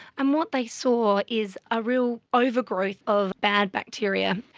and what they saw is a real overgrowth of bad bacteria,